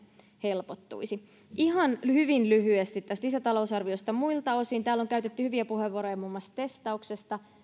helpottuisi hyvin lyhyesti tästä lisätalousarviosta muilta osin täällä on käytetty hyviä puheenvuoroja muun muassa testauksesta